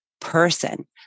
person